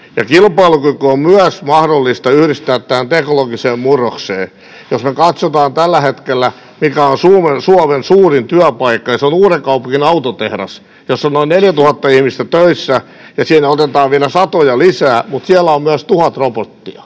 ja kilpailukyky on myös mahdollista yhdistää tähän teknologiseen murrokseen. Jos me katsomme tällä hetkellä, mikä on Suomen suurin työpaikka, niin se on Uudenkaupungin autotehdas, jossa on noin 4 000 ihmistä töissä ja jonne otetaan vielä satoja lisää, mutta siellä on myös tuhat robottia.